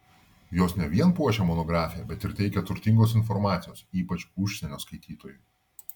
jos ne vien puošia monografiją bet ir teikia turtingos informacijos ypač užsienio skaitytojui